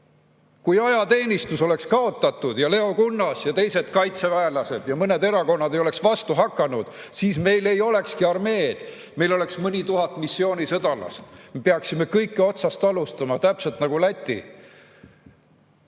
Kui ajateenistus oleks kaotatud, kui Leo Kunnas ja teised kaitseväelased ja mõned erakonnad ei oleks vastu hakanud, siis meil ei olekski armeed! Meil oleks mõni tuhat missioonisõdalast. Me peaksime kõike otsast alustama, täpselt nagu Läti.